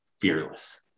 fearless